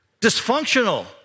Dysfunctional